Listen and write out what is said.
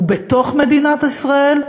ובתוך מדינת ישראל,